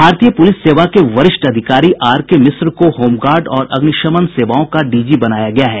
भारतीय पुलिस सेवा के वरिष्ठ अधिकारी आर के मिश्र को होमगार्ड और अग्निशमन सेवाओं का डीजी बनाया गया है